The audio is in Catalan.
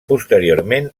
posteriorment